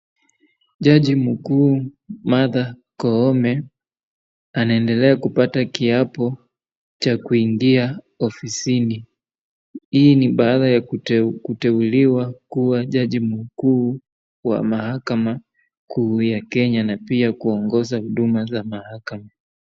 Jaji mkuu Martha Koome anaendelea kupata kiapo cha kuingia ofisini , hii ni baada ya kuteuliwa kuwa jaji mkuu wa mahakama ya Kenya na pia kuongoza huduma wa mahakama.